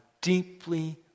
deeply